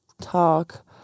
talk